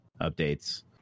updates